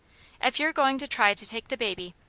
if you're going to try to take the baby,